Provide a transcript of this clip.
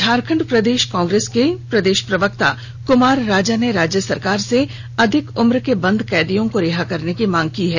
झारखंड प्रदेश कांग्रेस के प्रदेश प्रवक्ता क्मार राजा ने राज्य सरकार से अधिक उम्र के बंद कैदियों को रिहा करने की मांग की है